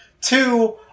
two